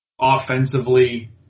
offensively